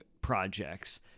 projects